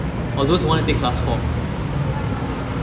or those who want to take class four